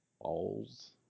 balls